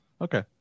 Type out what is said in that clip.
Okay